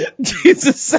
Jesus